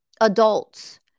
adults